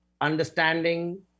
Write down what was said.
understanding